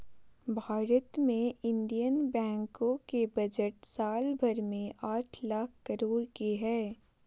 भारत मे इन्डियन बैंको के बजट साल भर मे आठ लाख करोड के हय